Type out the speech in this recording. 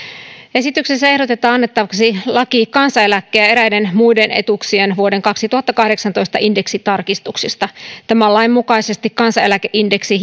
esityksessä ehdotetaan annettavaksi laki kansaneläkkeen ja eräiden muiden etuuksien vuoden kaksituhattakahdeksantoista indeksitarkistuksista tämän lain mukaisesti kansaneläkeindeksi